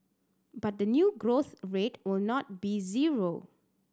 but the new growth rate will not be zero